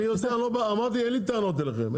אני יודע, אמרתי, אין לי טענות אליכם.